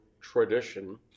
tradition